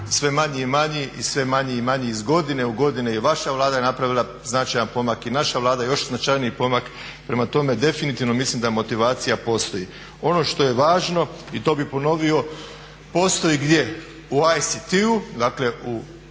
sve manji i manji i sve manji i manji iz godine u godinu. I vaša Vlada je napravila značajan pomak i naša Vlada još značajniji pomak. Prema tome definitivno mislim da motivacija postoji. Ono što je važno, i to bih ponovio, postoji gdje? U ICT-u, dakle u